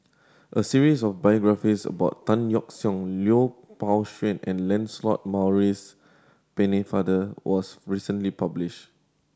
a series of biographies about Tan Yeok Seong Lui Pao Chuen and Lancelot Maurice Pennefather was recently published